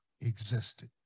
existed